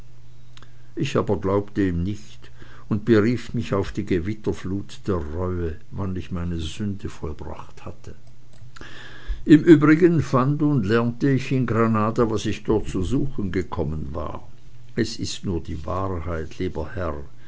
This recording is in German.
ich aber glaubte ihm nicht und berief mich auf die gewitterflut der reue wann ich meine sünde vollbracht hatte im übrigen fand und lernte ich in granada was ich dort zu suchen gekommen war es ist nur die wahrheit lieber herr